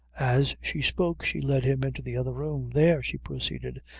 as she spoke, she led him into the other room. there, she proceeded,